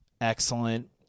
excellent